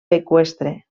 eqüestre